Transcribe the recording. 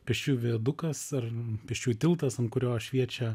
pėsčiųjų viadukas ar pėsčiųjų tiltas ant kurio šviečia